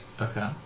Okay